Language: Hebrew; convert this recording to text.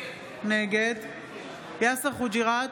נגד יאסר חוג'יראת,